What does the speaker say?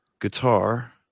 guitar